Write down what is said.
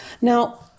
Now